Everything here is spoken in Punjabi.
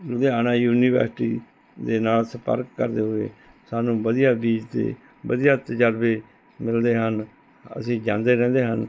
ਲੁਧਿਆਣਾ ਯੂਨੀਵਰਸਿਟੀ ਦੇ ਨਾਲ ਸੰਪਰਕ ਕਰਦੇ ਹੋਏ ਸਾਨੂੰ ਵਧੀਆ ਬੀਜ ਅਤੇ ਵਧੀਆ ਤਜਰਬੇ ਮਿਲਦੇ ਹਨ ਅਸੀਂ ਜਾਂਦੇ ਰਹਿੰਦੇ ਹਨ